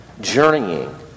journeying